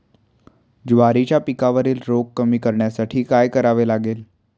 ज्वारीच्या पिकावरील रोग कमी करण्यासाठी काय करावे लागेल?